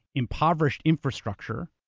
impoverished infrastructure,